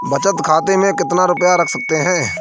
बचत खाते में कितना रुपया रख सकते हैं?